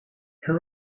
her